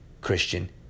christian